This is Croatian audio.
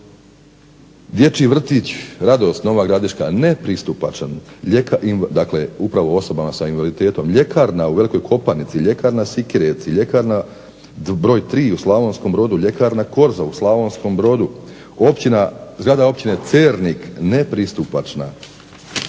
dječji vrtić Radost – Nova Gradiška nepristupačan, dakle upravo osobama s invaliditetom. Ljekarna u Velikoj Kopanici, ljekarna Sikirevci, ljekarna broj 3 u Slavonskom Brodu, ljekarna Korzo u Slavonskom Brodu. Zgrada općine Cernik nepristupačna,